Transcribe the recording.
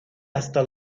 hasta